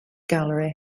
gallery